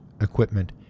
equipment